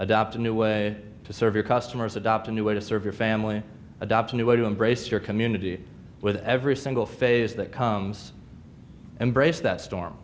adapt a new way to serve your customers adopt a new way to serve your family adopt a new way to embrace your community with every single phase that comes embrace that storm